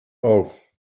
auf